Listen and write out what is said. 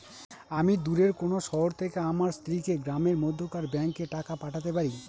আমি দূরের কোনো শহর থেকে আমার স্ত্রীকে গ্রামের মধ্যেকার ব্যাংকে টাকা পাঠাতে পারি?